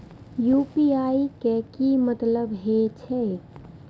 UPI के की मतलब हे छे?